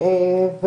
אם